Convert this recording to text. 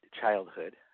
childhood